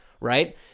right